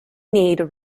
need